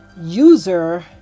User